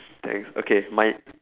thanks okay my